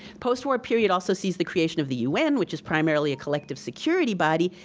postwar period also sees the creation of the un which is primarily a collective security body,